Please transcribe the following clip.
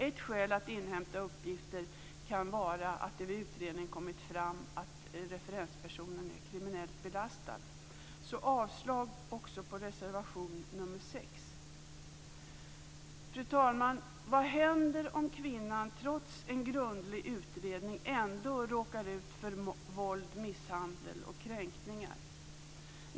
Ett skäl att inhämta uppgifter kan vara att det vid utredningen kommit fram att referenspersonen är kriminellt belastad. Jag yrkar avslag också på reservation nr 6. Fru talman! Vad händer om kvinnan trots en grundlig utredning ändå råkar ut för våld, misshandel och kränkningar?